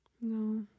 No